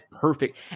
perfect